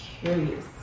curious